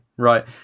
Right